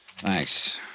Thanks